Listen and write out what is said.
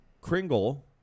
Kringle